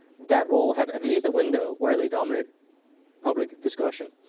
that will have at least a window where they dominate public discussion.